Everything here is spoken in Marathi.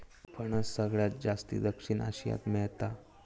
फणस सगळ्यात जास्ती दक्षिण आशियात मेळता